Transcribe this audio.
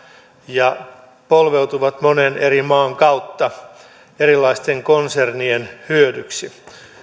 ja polveutuvat monen eri maan kautta erilaisten konsernien hyödyksi